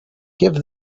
give